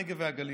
הנגב והגליל.